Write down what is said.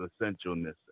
essentialness